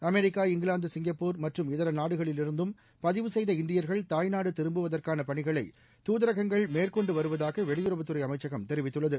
America England Singapore மற்றும் இதர நாடுகளில் இருந்தும் பதிவு செய்த இந்தியா்கள் தாய்நாடு திரும்புவதற்கான பணிகளை துதரகங்கள் மேற்கொண்டு வருவதாக வெளியுறவுத்துறை அமைச்சகம் தெரிவித்துள்ளது